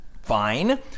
Fine